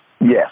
Yes